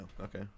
Okay